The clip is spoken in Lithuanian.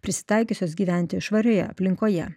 prisitaikiusios gyventi švarioje aplinkoje